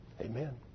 Amen